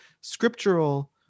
scriptural